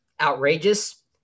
Outrageous